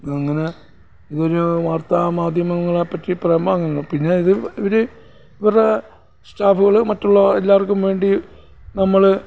ഇത് ഇങ്ങനെ ഇതൊരു വാർത്താ മാധ്യമങ്ങളെപ്പറ്റി പറയുമ്പോൾ അങ്ങനെ പിന്നെയിത് ഇവർ ഇവരുടെ സ്റ്റാഫുകൾ മറ്റുള്ള എല്ലാവർക്കും വേണ്ടി നമ്മൾ